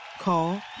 call